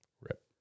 Rip